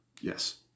Yes